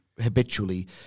habitually